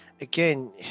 again